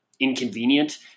inconvenient